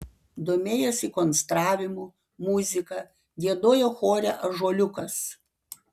domėjosi konstravimu muzika giedojo chore ąžuoliukas